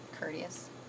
courteous